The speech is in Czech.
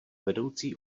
vedoucí